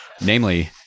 namely